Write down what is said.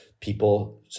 people